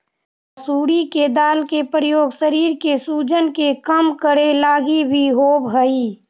मसूरी के दाल के प्रयोग शरीर के सूजन के कम करे लागी भी होब हई